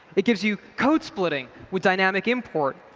it gives you code splitting with dynamic import.